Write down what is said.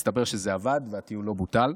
מסתבר שזה עבד, והטיול לא בוטל.